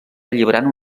alliberant